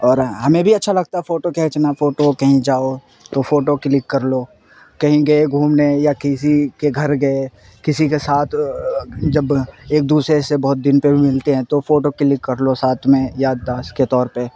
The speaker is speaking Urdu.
اور ہمیں بھی اچھا لگتا ہے فوٹو کھینچنا فوٹو کہیں جاؤ تو فوٹو کلک کر لو کہیں گئے گھومنے یا کسی کے گھر گئے کسی کے ساتھ جب ایک دوسرے سے بہت دن پہ بھی ملتے ہیں تو فوٹو کلک کر لو ساتھ میں یادداشت کے طور پہ